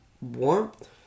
Warmth